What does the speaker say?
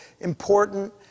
important